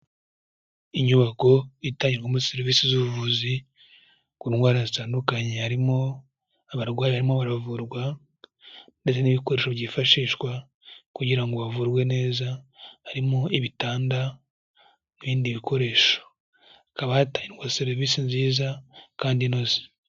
Inyubako itangirwamo serivisi z'ubuvuzi ku ndwara zitandukanye, harimo abarwayi barimo baravurwa ndetse n'ibikoresho byifashishwa kugira ngo bavurwe neza, harimo ibitanda n'ibindi bikoresho, hakaba hatangirwa serivisi nziza kandi inoze.